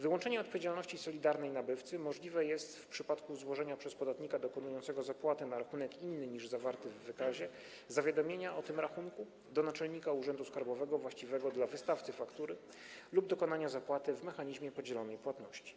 Wyłączenie odpowiedzialności solidarnej nabywcy możliwe jest w przypadku złożenia przez podatnika dokonującego zapłaty na rachunek inny niż figurujący w wykazie zawiadomienia o tym rachunku do naczelnika urzędu skarbowego właściwego dla wystawcy faktury lub dokonania zapłaty z zastosowaniem mechanizmu podzielonej płatności.